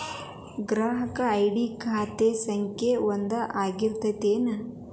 ಗ್ರಾಹಕರ ಐ.ಡಿ ಖಾತೆ ಸಂಖ್ಯೆ ಒಂದ ಆಗಿರ್ತತಿ ಏನ